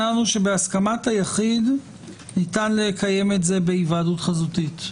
בהסכמת היחיד ניתן לקיים את זה בהיוועדות חזותית.